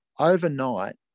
overnight